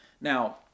Now